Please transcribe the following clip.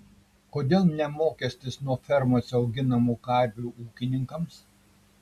kodėl ne mokestis nuo fermose auginamų karvių ūkininkams